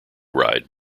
ride